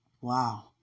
Wow